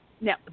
Now